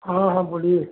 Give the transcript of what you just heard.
हाँ हाँ बोलिए